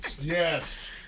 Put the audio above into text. Yes